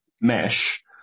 mesh